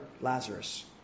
Lazarus